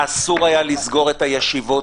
אסור היה לסגור את הישיבות.